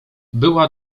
była